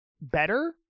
better